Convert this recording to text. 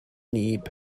lieb